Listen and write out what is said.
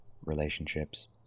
relationships